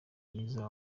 myiza